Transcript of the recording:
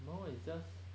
mile is just